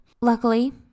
Luckily